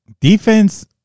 defense